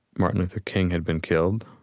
martin luther king had been killed.